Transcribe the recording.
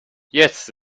jetzt